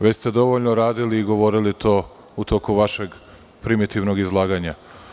Već ste dovoljno radili i govorili u toku vašeg primitivnog izlaganja.